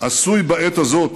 עשוי בעת הזאת